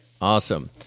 awesome